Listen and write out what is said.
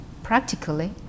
Practically